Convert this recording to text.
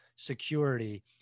Security